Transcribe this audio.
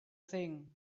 thing